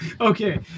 Okay